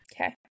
Okay